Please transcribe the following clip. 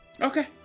Okay